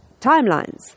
timelines